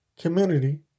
community